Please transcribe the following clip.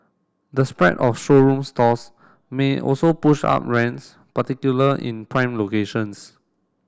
the spread of showroom stores may also push up rents particular in prime locations